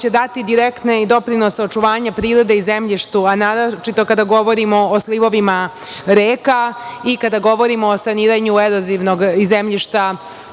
jer će dati direktni doprinos očuvanja prirode i zemljišta, a naročito kada govorimo o slivovima reka i kada govorimo o saniranju erozivnog zemljišta